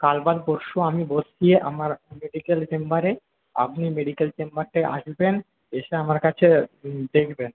কাল বাদ পরশু আমি বসছি আমার বিকালে চেম্বারে আপনি মেডিকেল চেম্বারটায় আসবেন এসে আমার কাছে দেখবেন